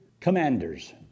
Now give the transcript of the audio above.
commanders